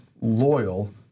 loyal